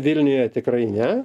vilniuje tikrai ne